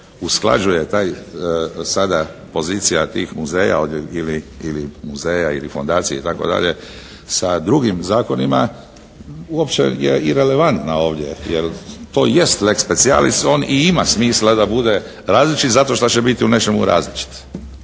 usklađuje taj sada pozicija tih muzeja ovdje, muzeja ili fondacija itd., sa drugim zakonima uopće je irelevantna ovdje, jer to jest lex specialis. On i ima smisla da bude različit zato što će biti u nečemu različit.